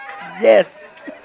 Yes